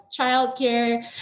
childcare